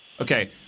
Okay